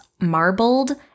marbled